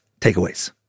takeaways